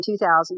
2000